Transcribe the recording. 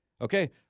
Okay